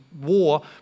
war